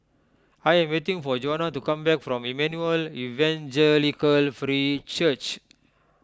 I am waiting for Juana to come back from Emmanuel Evangelical Free Church